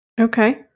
Okay